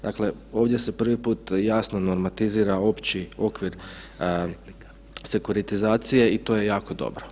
Dakle, ovdje se prvi put jasno normatizira opći okvir sekuritizacije i to je jako dobro.